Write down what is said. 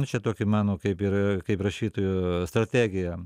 nu čia tokia mano kaip ir kaip rašytojo strategija